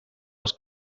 als